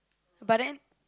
but then